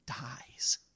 dies